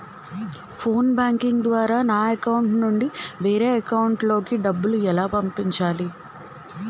Phone banking ద్వారా నా account నుంచి వేరే అకౌంట్ లోకి డబ్బులు ఎలా పంపించాలి?